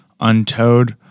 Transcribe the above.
untowed